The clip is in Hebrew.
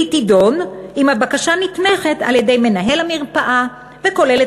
והיא תידון אם הבקשה נתמכת על-ידי מנהל המרפאה וכוללת